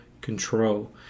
control